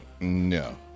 No